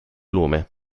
lume